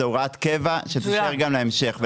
זה הוראת קבע שתישאר גם להמשך,